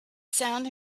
sand